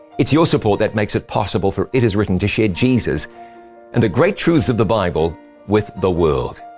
it's your support that makes it possible for it is written to share jesus and the great truths of the bible with the world.